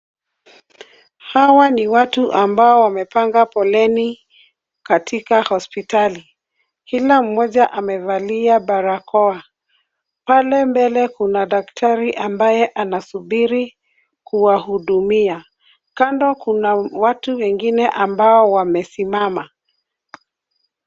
Hawa ni watu ambao wamepanga foleni katika hospitali. Kila mmoja amevalia barakoa. Pale mbele kuna daktari ambaye anasubiri kuwahudumia. Kando kuna watu wengine ambao wamesimama.